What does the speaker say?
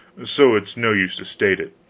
so it is no use to state it.